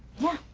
yeah,